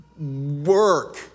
work